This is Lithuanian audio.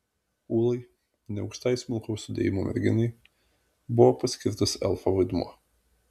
ūlai neaukštai smulkaus sudėjimo merginai buvo paskirtas elfo vaidmuo